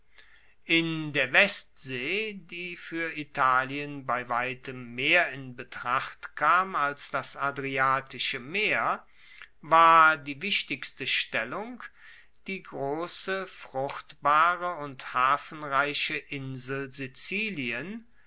in der westsee die fuer italien bei weitem mehr in betracht kam als das adriatische meer war die wichtigste stellung die grosse fruchtbare und hafenreiche insel sizilien